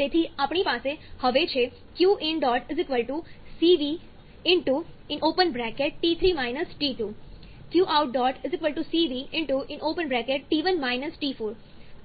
તેથી આપણી પાસે હવે છે qin cv qout cv